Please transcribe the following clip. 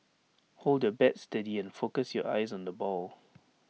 hold your bat steady and focus your eyes on the ball